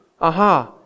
Aha